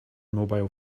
mobile